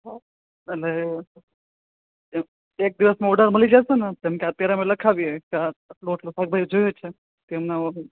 અને એક એક દિવસમાં ઓર્ડર મળી જશે ને કેમ કે અત્યારે અમે લખાવીએ કે આટલું આટલું શાકભાજી છે જોઈએ છે અમને